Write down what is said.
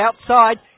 outside